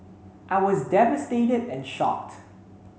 I was devastated and shocked